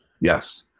Yes